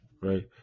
right